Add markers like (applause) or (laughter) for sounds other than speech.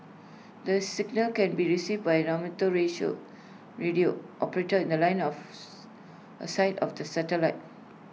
the signal can be received by amateur (unintelligible) radio operator in The Line of (noise) A sight of the satellite